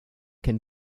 can